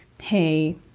hey